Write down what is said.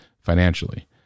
financially